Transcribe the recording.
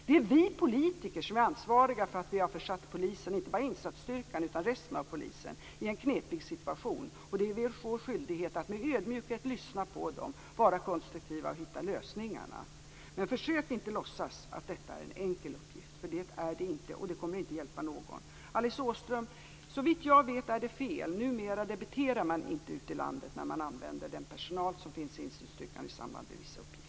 Det är vi politiker som är ansvariga för att vi försatt inte bara insatsstyrkan utan även resten av polisen i en knepig situation. Det är vår skyldighet att med ödmjukhet lyssna på den, vara konstruktiva och hitta lösningar. Men försök inte låtsas att detta är en enkel uppgift. Det är det inte, och det kommer inte att hjälpa någon. Såvitt jag vet är det som Alice Åström sade fel. Numera debiterar man inte ute i landet när man använder den personal som finns i insatsstyrkan i samband med vissa uppgifter.